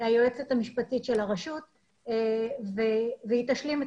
היועצת המשפטית של הרשות והיא תשלים את